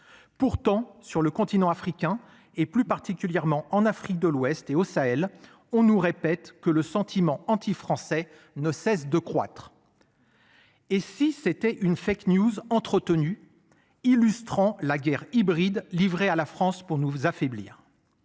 Pourtant sur le continent africain et plus particulièrement en Afrique de l'ouest et au Sahel. On nous répète que le sentiment anti-français ne cesse de croître. Et si c'était une fête News entretenu illustrant la guerre hybride livrée à la France, pour nous affaiblir.